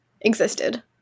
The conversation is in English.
existed